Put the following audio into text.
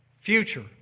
future